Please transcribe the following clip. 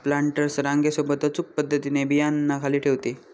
planters रांगे सोबत अचूक पद्धतीने बियांना खाली ठेवते